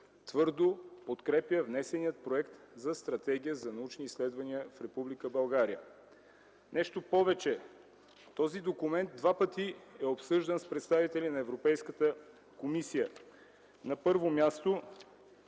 твърдо подкрепя внесения Проект за Стратегия за научни изследвания в Република България. Нещо повече. Този документ два пъти е обсъждан с представители на Европейската комисия. Ето го